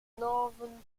northern